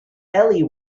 ellie